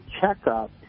checkup